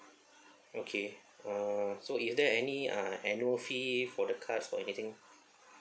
okay uh so is there any uh annual fee for the cards or anything